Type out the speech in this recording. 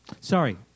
Sorry